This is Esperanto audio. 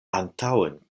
antaŭen